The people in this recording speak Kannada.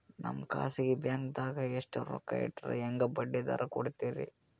ನಮ್ಮ ಖಾಸಗಿ ಬ್ಯಾಂಕ್ ಖಾತಾದಾಗ ಎಷ್ಟ ರೊಕ್ಕ ಇಟ್ಟರ ಹೆಂಗ ಬಡ್ಡಿ ದರ ಕೂಡತಾರಿ?